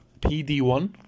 pd1